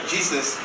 Jesus